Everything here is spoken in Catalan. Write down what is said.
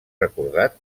recordat